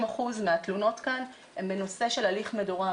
50% מהתלונות כאן הן בנושא של הליך מדורג,